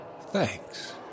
thanks